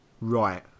Right